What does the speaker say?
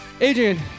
Adrian